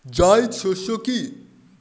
জায়িদ শস্য কি?